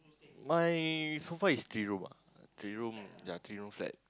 my so far is three room ah three room ya three room flat